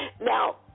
Now